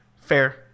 fair